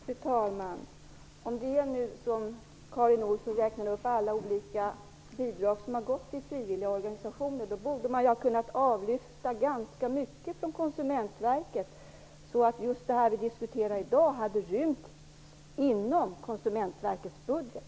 Fru talman! Om alla de bidrag som Karin Olsson räknar upp har gått till frivilliga organisationer borde man ju ha kunnat lyfta bort ganska mycket från Konsumentverket. Det vi diskuterar i dag hade alltså egentligen rymts inom Konsumentverkets budget.